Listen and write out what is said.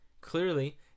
clearly